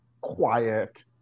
quiet